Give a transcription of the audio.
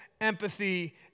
empathy